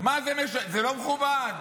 זה לא מכובד.